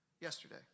yesterday